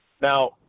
Now